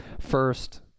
First